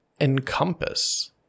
encompass